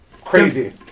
crazy